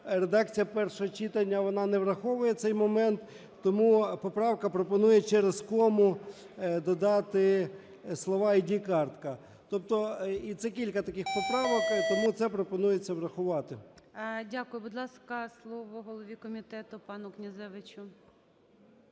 Редакція першого читання, вона не враховує цей момент, тому поправка пропонує через кому додати слово "ID-картка". Тобто це кілька таких поправок, тому це пропонується врахувати. ГОЛОВУЮЧИЙ. Дякую. Будь ласка, слово голові комітету пану Князевичу.